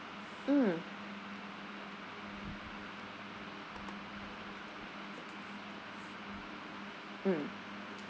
mm mm